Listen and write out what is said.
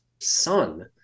son